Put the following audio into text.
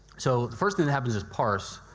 so the first thing that happens is parse.